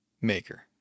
maker